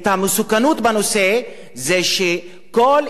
המסוכנות בנושא, זה שכל אי-פענוח,